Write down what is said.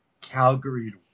Calgary